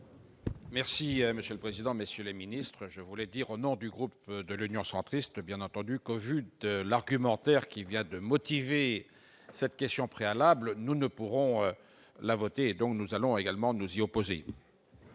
Merci Monsieur le Président, messieurs les Ministres, je voulais dire, au nom du groupe de l'Union centriste, bien entendu, qu'au vu de l'argumentaire qui vient de motiver cette question préalable, nous ne pourrons la voter et donc nous allons également nous y opposer.